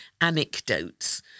anecdotes